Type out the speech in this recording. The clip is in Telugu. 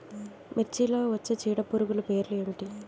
మిర్చిలో వచ్చే చీడపురుగులు పేర్లు ఏమిటి?